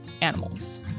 animals